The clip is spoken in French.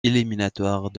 éliminatoires